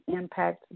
impact